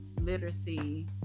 literacy